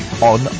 on